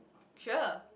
sure